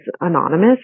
anonymous